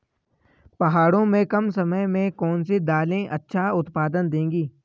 पहाड़ों में कम समय में कौन सी दालें अच्छा उत्पादन देंगी?